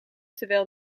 terwijl